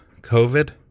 COVID